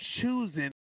choosing